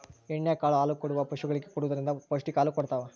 ಎಣ್ಣೆ ಕಾಳು ಹಾಲುಕೊಡುವ ಪಶುಗಳಿಗೆ ಕೊಡುವುದರಿಂದ ಪೌಷ್ಟಿಕ ಹಾಲು ಕೊಡತಾವ